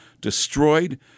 destroyed